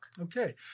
Okay